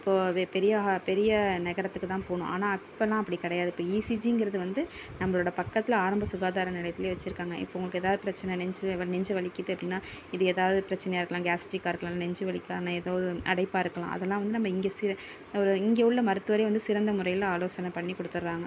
இப்போது அது பெரிய பெரிய நகரத்துக்கு தான் போகணும் ஆனால் இப்பல்லாம் அப்படி கிடையாது இப்போ இசிஜிங்கிறது வந்து நம்மளோட பக்கத்தில் ஆரம்ப சுகாதார நிலையத்துலேயே வெச்சுருக்காங்க இப்போ உங்களுக்கு ஏதாவது பிரச்சனை நெஞ்சை நெஞ்சை வலிக்குது அப்படின்னா இது ஏதாவது பிரச்சனையாக இருக்கலாம் கேஸ்டிக்காக இருக்கலாம் இல்லை நெஞ்சு வலிக்கான ஏதோ அடைப்பாக இருக்கலாம் அதெல்லாம் வந்து நம்ம இங்கே ஒரு இங்கே உள்ள மருத்துவரே வந்து சிறந்த முறையில் ஆலோசனை பண்ணிக் கொடுத்தட்றாங்க